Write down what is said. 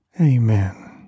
Amen